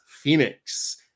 Phoenix